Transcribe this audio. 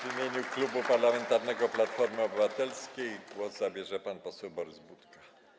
W imieniu Klubu Parlamentarnego Platforma Obywatelska głos zabierze pan poseł Borys Budka.